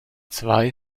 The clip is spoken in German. zwei